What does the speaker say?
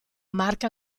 marca